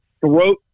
throat